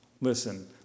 listen